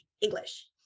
English